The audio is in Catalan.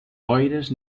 boires